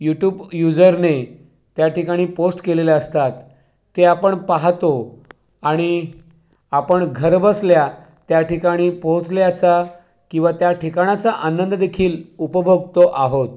YouTube यूजरने त्या ठिकाणी पोस्ट केलेले असतात ते आपण पाहतो आणि आपण घर बसल्या त्या ठिकाणी पोहचल्याचा किंवा त्या ठिकाणाचा आनंददेखील उपभोगतो आहोत